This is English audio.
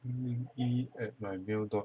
mm E add my mail dot